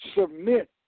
Submit